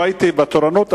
והייתי בתורנות,